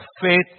faith